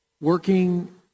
working